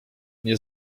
nie